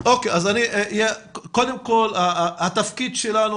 ח' בכסלו התשפ"א (24 בנובמבר 2020),